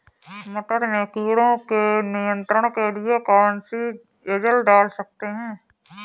मटर में कीटों के नियंत्रण के लिए कौन सी एजल डाल सकते हैं?